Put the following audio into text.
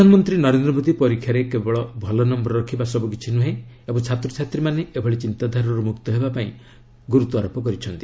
ପ୍ରଧାନମନ୍ତ୍ରୀ ନରେନ୍ଦ୍ର ମୋଦୀ ପରୀକ୍ଷାରେ କେବଳ ଭଲ ନମ୍ବର ରଖିବା ସବୁ କିଛି ନୁହେଁ ଓ ଛାତ୍ରଛାତ୍ରୀମାନେ ଏଭଳି ଚିନ୍ତାଧାରାରୁ ମୁକ୍ତ ହେବାକୁ ଗୁରୁତ୍ୱାରୋପ କରିଥିଲେ